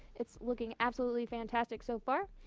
it's looking absolutely fantastic so far.